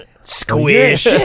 Squish